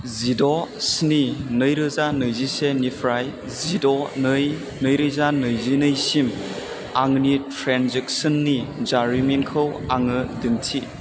जिद' स्नि नैरोजा नैजिसेनिफ्राय जिद' नै नैरोजा नैजिनैसिम आंनि ट्रेन्जेक्सननि जारिमिनखौ आंनो दिन्थि